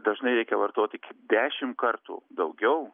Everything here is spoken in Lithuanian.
dažnai reikia vartot iki dešimt kartų daugiau